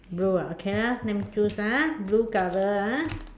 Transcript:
blue ah okay lah let me choose ah blue colour ah